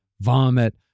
vomit